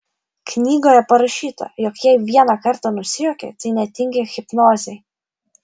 knygoje parašyta jog jei vieną kartą nusijuokei tai netinki hipnozei